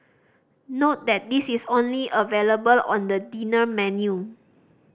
note that this is only available on the dinner menu